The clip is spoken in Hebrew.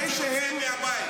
אל תצא מהבית.